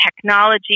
technology